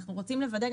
אנחנו רוצים לוודא.